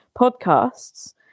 podcasts